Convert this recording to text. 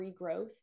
regrowth